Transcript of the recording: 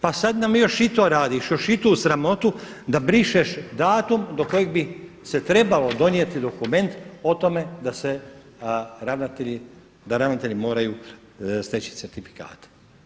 Pa sad nam još i to radiš, još i tu sramotu da brišeš datum do kojeg bi se trebalo donijeti dokument o tome da ravnatelji moraju steći certifikate.